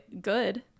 good